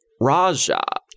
Raja